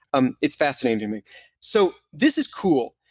um it's fascinating to me so this is cool.